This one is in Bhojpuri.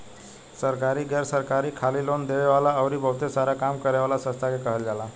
सरकारी, गैर सरकारी, खाली लोन देवे वाला अउरी बहुते सारा काम करे वाला संस्था के कहल जाला